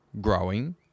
growing